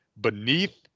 beneath